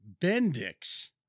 Bendix